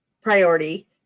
priority